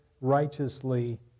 righteously